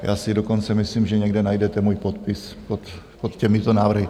Já si dokonce myslím, že někde najdete můj podpis pod těmito návrhy.